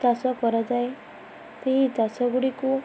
ଚାଷ କରାଯାଏ ସେହି ଚାଷଗୁଡ଼ିକୁ